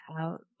out